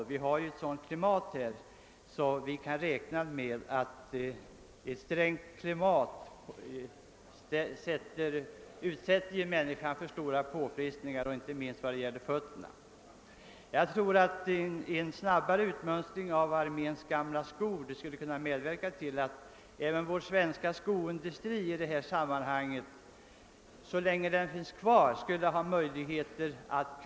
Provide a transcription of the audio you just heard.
Ett så strängt klimat som det vi har utsätter människan för stora påfrestningar, och det gäller inte minst fötterna. Jag tror att en snabbare utmönstring av arméns gamla skor även skulle kunna ge vår svenska skoindustri — så länge den finns kvar — ett inte obetydligt handtag.